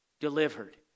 Delivered